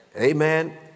Amen